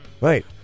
right